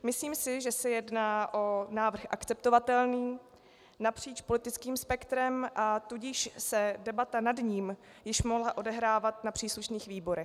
Myslím si, že se jedná o návrh akceptovatelný napříč politickým spektrem, a tudíž se debata nad ním již mohla odehrávat na příslušných výborech.